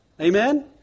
Amen